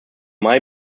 mai